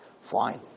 fine